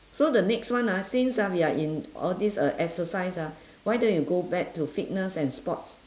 so the next one ah since ah we are in all these uh exercise ah why don't you go back to fitness and sports